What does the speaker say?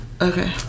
Okay